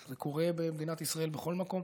זה קורה במדינת ישראל בכל מקום,